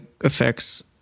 affects